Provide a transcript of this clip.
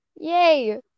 Yay